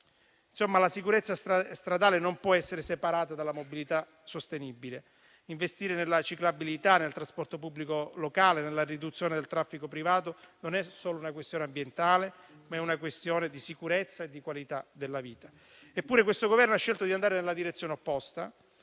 La sicurezza strada stradale non può essere separata dalla mobilità sostenibile; investire nella ciclabilità, nel trasporto pubblico locale, nella riduzione del traffico privato non è solo una questione ambientale, ma è una questione di sicurezza e di qualità della vita. Questo Governo ha scelto però di andare nella direzione opposta,